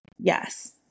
Yes